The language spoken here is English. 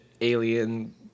alien